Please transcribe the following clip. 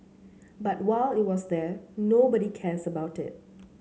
but while it was there nobody cares about it